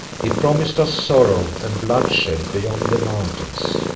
he promised us sorrow and bloodshed beyond the mountains,